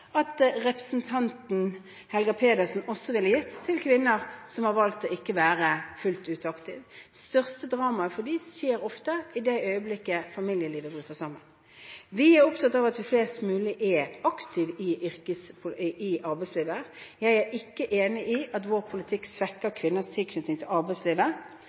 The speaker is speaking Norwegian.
at representanten Helga Pedersen også ville gitt til kvinner som har valgt ikke å være fullt ut yrkesaktive. Det største dramaet for dem skjer ofte i det øyeblikket familielivet bryter sammen. Vi er opptatt av at flest mulig er aktive i arbeidslivet. Jeg er ikke enig i at vår politikk svekker kvinners tilknytning til arbeidslivet,